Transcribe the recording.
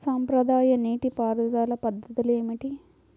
సాంప్రదాయ నీటి పారుదల పద్ధతులు ఏమిటి?